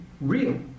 real